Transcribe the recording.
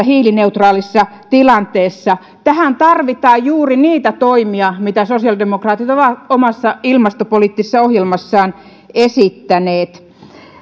hiilineutraalissa tilanteessa tähän tarvitaan juuri niitä toimia mitä sosiaalidemokraatit ovat omassa ilmastopoliittisessa ohjelmassaan esittäneet